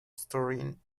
storing